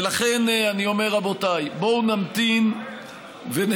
ולכן אני אומר: רבותיי, בואו נמתין ונסיים,